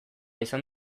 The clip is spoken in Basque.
izan